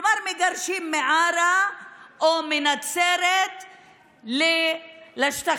כלומר מגרשים מעארה או מנצרת לשטחים